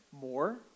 more